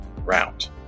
round